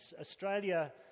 Australia